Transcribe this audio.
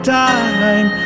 time